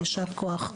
יישר כוח.